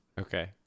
okay